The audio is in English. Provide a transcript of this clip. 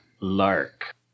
Lark